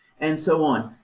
and so on.